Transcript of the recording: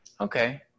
Okay